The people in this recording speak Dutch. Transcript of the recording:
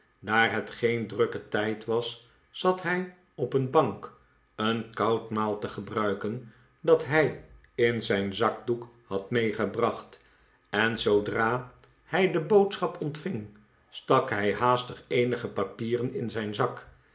daar het geen drukke tijd was zat hij op een bank een koud maal te gebruiken dat hij in zijn zakdoek had meegebracht en zoodra hij de boodschap ontving stak hij haastig eenige papieren in zijn zak